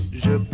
je